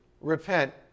repent